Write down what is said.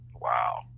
wow